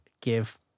give